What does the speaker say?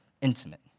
intimate